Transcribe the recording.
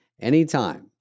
anytime